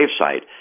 gravesite